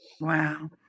Wow